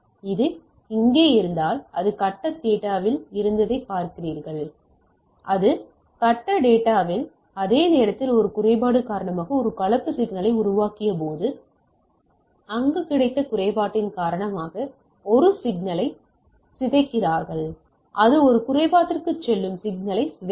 இது இங்கே இருந்தால் இது கட்டத் டேட்டாவில் இருந்ததைப் பார்க்கிறீர்கள் அது கட்டத் டேட்டாவில் அதே நேரத்தில் ஒரு குறைபாடு காரணமாக ஒரு கலப்பு சிக்னலை உருவாக்கியபோது அங்கு கிடைத்த குறைபாட்டின் காரணமாக ஒரு சிக்னலை சிதைக்கிறார்கள் இது ஒரு குறைபாட்டிற்கு செல்லும் சிக்னலை சிதைக்கிறது